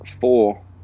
Four